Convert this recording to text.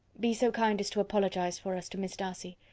be so kind as to apologise for us to miss darcy.